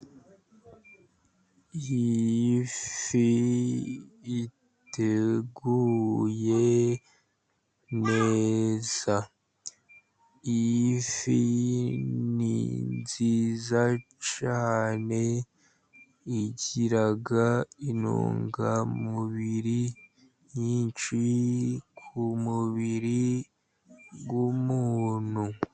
Iyi fi iteguyeye neza. Iyi fi ni nziza cyane igira intungamubiri nyinshi ku mubiri w'umuntu.